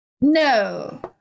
No